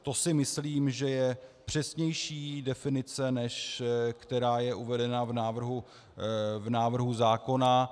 To si myslím, že je přesnější definice, než která je uvedena v návrhu zákona.